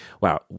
Wow